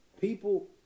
People